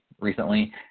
recently